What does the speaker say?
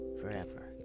forever